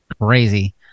crazy